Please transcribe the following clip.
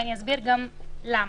ואני אסביר גם למה.